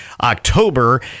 October